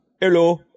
Hello